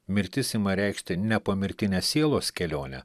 mirtis ima reikšti ne pomirtinę sielos kelionę